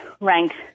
ranked